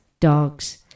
Dogs